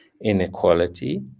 inequality